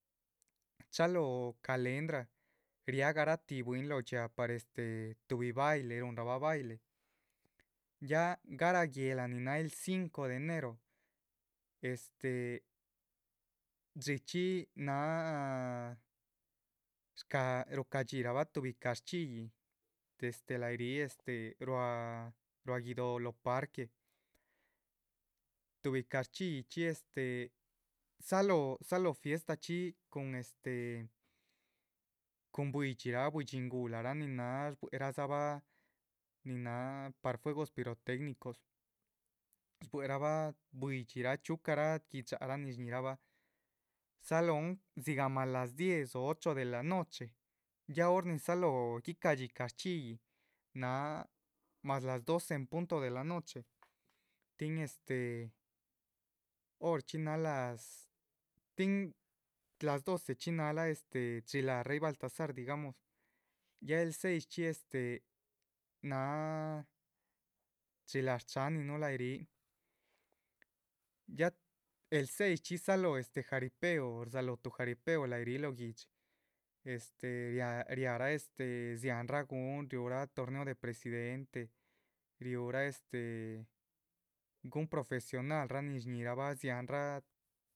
Chalóho calendra riáha garatih bwín lóho dxiáa par este, uy baile ruhunrabah baile, ya garáh guéhla nin náha el cinco de enero este, dxíchxi. náha shcá rucaha dxirahbah tuhbi cashchxílli este lahayih ríh ruá guido´, lóho parque tuhbi cashchxíllichxi este dzalóh dzalóh fiestachxi cun este. cun buidxiraa buidxi nguhlaraa nin este náh shbbueradzabah nin náha par fuegos pirotecnicos shbuerabah buidxirachxí, chxiucarah gui´dxa rah nin shñíhirabah. dzalóhon dzigah mas las diez o ocho de la noche ya hor ni dzalóhon guica´dxí cashchxílli náha mas las doce en punto de la noche tin este horchxí náha las. tin las docechxí nahala este dxí láha rey baltazar digamos ya el seischxí este náha dxí láha shcháhanin nuh láhayi rih ya el seis chxí dzalóho jaripeo, rdzalóho. jaripeo láhayih ríh lóho guihdxi este, riáha riaha este dziáhanraa gun riuhra torneo de presidentes, riúhra este gun profesional raa nin shñíhirabah dzian rah